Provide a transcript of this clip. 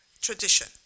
tradition